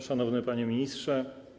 Szanowny Panie Ministrze!